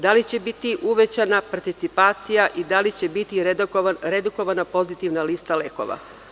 Da li će biti uvećana participacija i da li će biti redukovana pozitivna lista lekova?